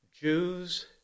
Jews